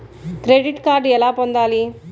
Credit card ఎలా పొందాలి?